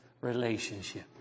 relationship